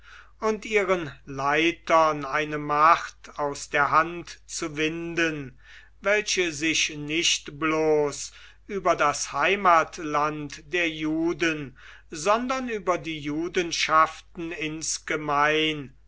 und ihren leitern eine macht aus der hand zu winden welche sich nicht bloß über das heimatland der juden sondern über die judenschaften insgemein